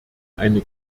eine